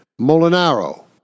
Molinaro